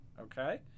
okay